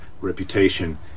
reputation